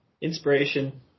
Inspiration